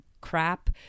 crap